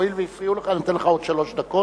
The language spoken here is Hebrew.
הואיל והפריעו לך אני נותן לך עוד שלוש דקות,